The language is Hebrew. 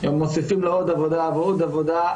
הם מוסיפים לו עוד עבודה ועוד עבודה,